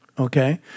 Okay